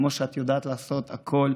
כמו שאת יודעת לעשות הכול.